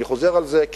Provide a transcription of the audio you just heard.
אני חוזר על זה,